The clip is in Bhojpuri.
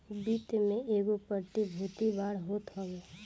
वित्त में एगो प्रतिभूति बांड होत हवे